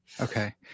Okay